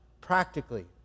practically